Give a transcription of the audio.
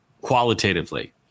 qualitatively